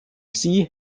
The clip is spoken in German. sie